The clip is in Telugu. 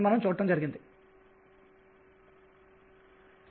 ప్రస్తుతం క్వాంటం నిబంధన ను చూద్దాము